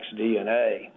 DNA